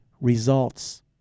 results